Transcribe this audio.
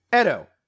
Edo